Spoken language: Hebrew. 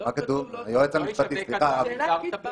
כתוב: "לא ישווק אדם מוצר טבק